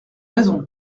raison